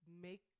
make